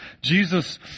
Jesus